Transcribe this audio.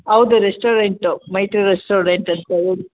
ಹೌದು restaurant Maitri restaurant ಅಂತ್ಹೇಳಿ